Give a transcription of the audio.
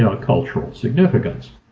know cultural significance.